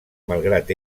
malgrat